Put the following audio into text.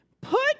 Put